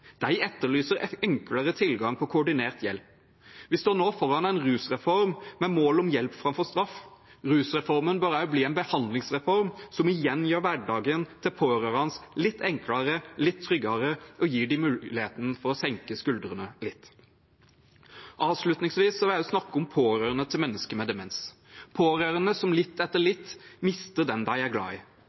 De etterlyser en enklere tilgang på koordinert hjelp. Vi står nå foran en rusreform med mål om hjelp framfor straff. Rusreformen bør også bli en behandlingsreform, som igjen gjør hverdagen til pårørende litt enklere og tryggere og gir dem muligheten til å senke skuldrene litt. Avslutningsvis vil jeg snakke om pårørende til mennesker med demens, pårørende som litt etter litt mister den de er glad